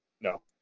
No